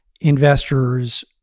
investors